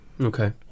Okay